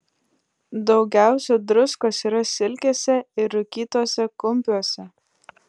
daugiausia druskos yra silkėse ir rūkytuose kumpiuose